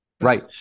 Right